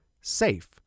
Safe